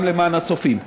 גם למען הצופים.